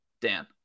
Dan